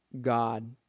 God